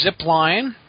Zipline